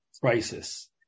Crisis